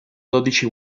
dodici